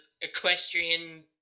equestrian